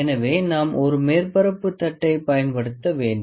எனவே நாம் ஒரு மேற்பரப்பு தட்டை பயன்படுத்த வேண்டும்